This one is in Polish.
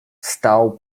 stał